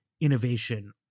innovation